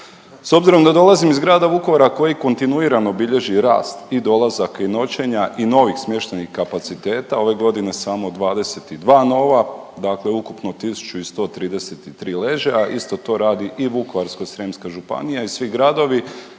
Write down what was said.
S obzirom da dolazim iz grada Vukovara koji kontinuirano bilježi rast i dolazaka i noćenja i novih smještajnih kapaciteta, ove godine samo 22 nova, dakle ukupno 1.133 ležaja. Isto to radi i Vukovarsko-srijemska županija i svi gradovi,